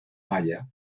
malla